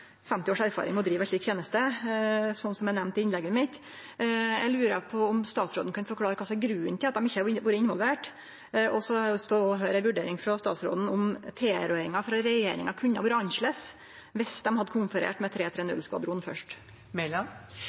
50 års erfaring med å drive ei slik teneste, slik som eg nemnde i innlegget mitt. Eg lurer på om statsråden kan forklare kva som er grunnen til at dei ikkje har vore involverte, og eg har også lyst til å høyre ei vurdering frå statsråden om tilrådinga frå regjeringa kunne vore annleis dersom dei hadde konferert med